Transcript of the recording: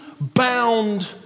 bound